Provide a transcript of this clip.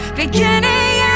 beginning